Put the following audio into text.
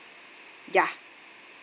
ya